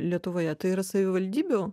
lietuvoje tai yra savivaldybių